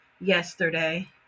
yesterday